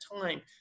time